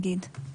נניח?